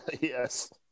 Yes